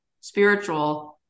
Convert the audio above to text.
spiritual